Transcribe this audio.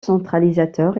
centralisateur